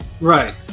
Right